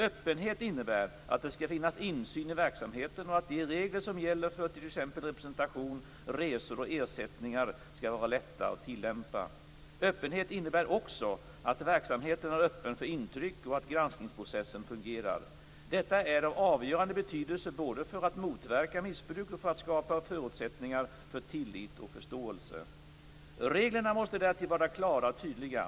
Öppenhet innebär att det skall finnas insyn i verksamheten och att de regler som gäller för t.ex. representation, resor och ersättningar skall vara lätta att tillämpa. Öppenhet innebär också att verksamheten är öppen för intryck och att granskningsprocessen fungerar. Detta är av avgörande betydelse både för att motverka missbruk och för att skapa förutsättningar för tillit och förståelse. Reglerna måste därtill vara klara och tydliga.